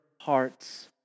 hearts